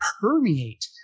permeate